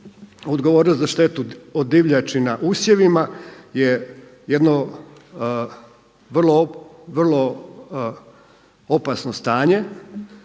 odgovornost za štetu od divljači na usjevima je jedno vrlo opasno stanje.